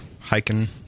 hiking